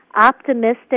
optimistic